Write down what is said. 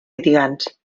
litigants